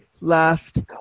last